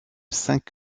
cinq